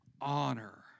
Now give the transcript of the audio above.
honor